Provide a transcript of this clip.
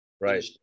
Right